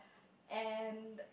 and